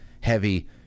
heavy